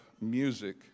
music